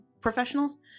professionals